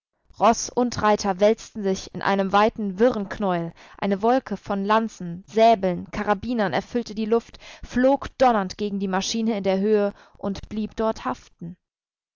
roß und reiter wälzten sich in einem weiten wirren knäuel eine wolke von lanzen säbeln karabinern erfüllte die luft flog donnernd gegen die maschine in der höhe und blieb dort haften